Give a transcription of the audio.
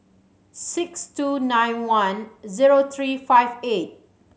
six two nine one zero three five eight